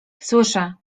słyszę